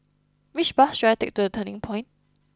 which bus should I take to The Turning Point